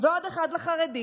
ועוד אחד לחרדי.